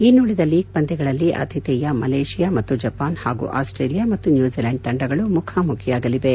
ಇನ್ತುಳಿದ league ಪಂದ್ಯಗಳಲ್ಲಿ ಆತಿಥೇಯ Malaysia ಮತ್ತು ಜಪಾನ್ ಹಾಗೂ ಆಸ್ತ್ರೇಲಿಯಾ ಮತ್ತು ನ್ಯೂಜಿಲೆಂಡ್ ತಂಡಗಳು ಮುಖಾಮುಖಿಯಾಗಲಿವೆ